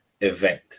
event